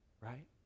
Right